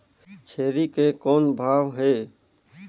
छेरी के कौन भाव हे?